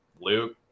Luke